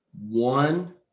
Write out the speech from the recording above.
one